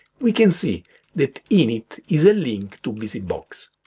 we can see that init is a link to busybox